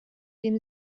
dem